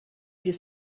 you